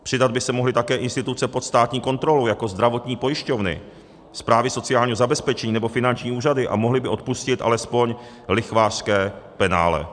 Přidat by se mohly také instituce pod státní kontrolou, jako zdravotní pojišťovny, správy sociálního zabezpečení nebo finanční úřady, a mohly by odpustit alespoň lichvářské penále.